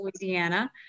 Louisiana